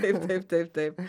taip taip taip taip